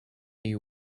you